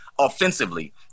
Offensively